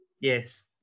Yes